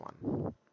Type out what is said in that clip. one